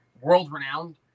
world-renowned